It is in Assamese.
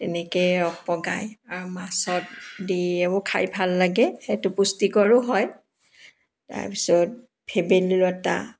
তেনেকৈ ৰস পগাই মাছত দি এইবোৰ খাই ভাল লাগে এইটো পুষ্টিকৰো হয় তাৰপিছত ভেবেলী লতা